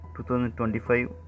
2025